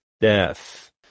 death